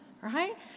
Right